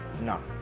no